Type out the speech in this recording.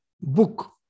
book